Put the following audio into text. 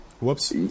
whoops